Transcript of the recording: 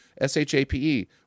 S-H-A-P-E